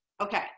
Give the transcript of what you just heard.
Okay